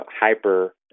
hyper